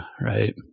right